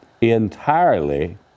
entirely